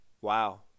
wow